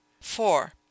four